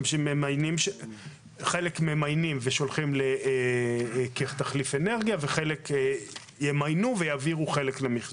פשוט חלק ממיינים ושולחים כתחליף אנרגיה וחלק ממיינים ומעבירים למחזור.